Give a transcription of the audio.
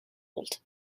gold